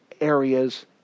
areas